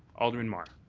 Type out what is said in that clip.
alderman mar.